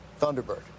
Thunderbird